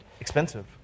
expensive